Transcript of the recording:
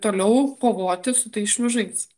toliau kovoti su tais šliužais